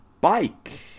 Bike